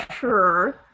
sure